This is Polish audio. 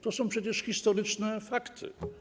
To są przecież historyczne fakty.